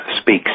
speaks